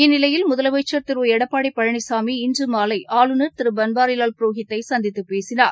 இந்நிலையில் முதலனமச்சர் திருளடப்பாடிபழனிசாமி இன்றுமாலைஆளுநர் திருபன்வாரிவால் புரோஹித்தைசந்தித்துபேசினார்